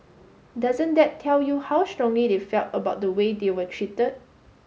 doesn't that tell you how strongly they felt about the way they were treated